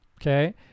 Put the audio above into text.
Okay